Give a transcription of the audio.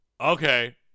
Okay